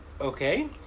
Okay